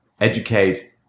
educate